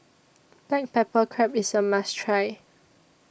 Black Pepper Crab IS A must Try